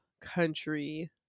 country